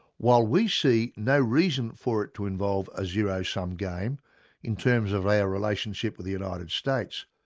while we see no reason for it to involve a zero-sum game in terms of our relationship with the united states,